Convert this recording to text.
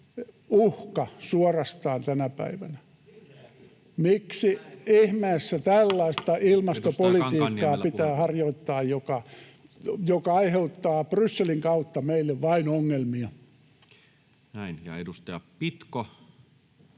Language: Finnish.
keskustan ryhmästä — Puhemies koputtaa] tällaista ilmastopolitiikkaa... ...pitää harjoittaa, joka aiheuttaa Brysselin kautta meille vain ongelmia?